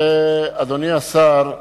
אדוני השר,